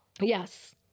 Yes